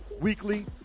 weekly